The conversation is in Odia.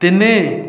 ତିନି